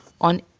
On